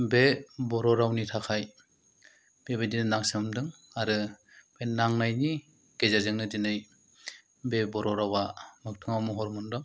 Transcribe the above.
बे बर' रावनि थाखाय बेबायदिनो नांसोमदों आरो बे नांनायनि गेजेरजोंनो दिनै बे बर' रावा मोगथांङाव महर मोन्दों